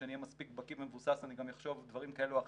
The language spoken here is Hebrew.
כשאני אהיה מספיק בקי ומבוסס אני גם אחשוב דברים כאלה ואחרים,